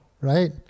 right